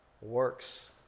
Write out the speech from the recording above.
works